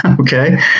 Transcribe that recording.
Okay